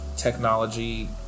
technology